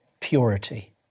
purity